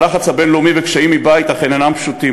הלחץ הבין-לאומי והקשיים מבית אכן אינם פשוטים,